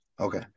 Okay